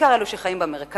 בעיקר אלו שחיים במרכז,